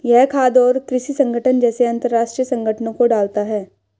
यह खाद्य और कृषि संगठन जैसे अंतरराष्ट्रीय संगठनों को डालता है